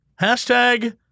Hashtag